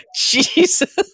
Jesus